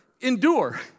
endure